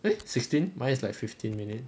eh sixteen mine is like fifteen minutes